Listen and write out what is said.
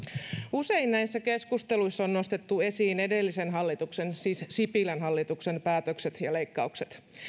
usein näissä keskusteluissa on nostettu esiin edellisen hallituksen siis sipilän hallituksen päätökset ja leikkaukset